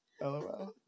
Lol